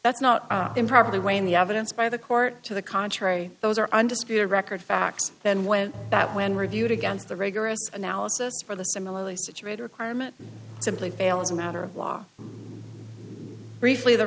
that's not improperly weighing the evidence by the court to the contrary those are undisputed record facts then when that when reviewed against the rigorous analysis for the similarly situated requirement simply fail as a matter of law briefly the